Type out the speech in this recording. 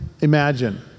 imagine